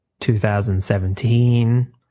2017